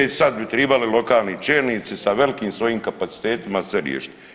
E i sad bi tribali lokalni čelnici sa velikim svojim kapacitetima sve riješit.